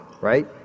right